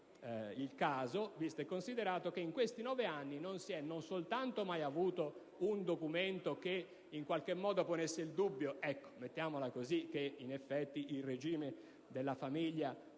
il caso, visto e considerato che in questi nove anni non soltanto non si è mai avuto un documento che in qualche modo ponesse il dubbio - mettiamola così - che in effetti il regime della famiglia